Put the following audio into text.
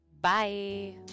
Bye